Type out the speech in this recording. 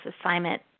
assignment